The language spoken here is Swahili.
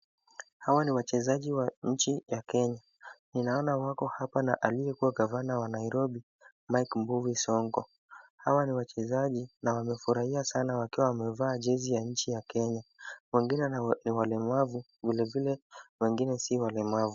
Hawa ni wachezaji wa nchi ya Kenya. Ninaona wako hapa na aliyekuwa gavana wa Nairobi, Mike Mbuvi Sonko. Hawa ni wachezaji na wamefurahia sana wakiwa wamevaa jezi ya nchi ya Kenya. Wengine ni walemavu vilevile wengine si walemavu.